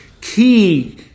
key